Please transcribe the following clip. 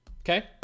Okay